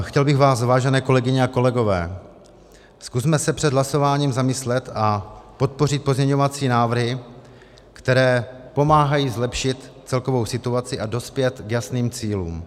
Chtěl bych vás, vážení kolegové a kolegyně, zkusme se před hlasováním zamyslet a podpořit pozměňovací návrhy, které pomáhají zlepšit celkovou situaci a dospět k jasným cílům.